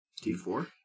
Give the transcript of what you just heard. d4